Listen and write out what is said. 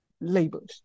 labels